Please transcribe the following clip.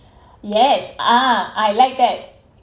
yes ah I like that